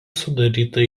sudaryta